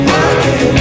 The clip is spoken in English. Working